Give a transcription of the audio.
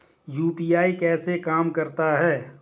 UPI कैसे काम करता है?